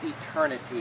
eternity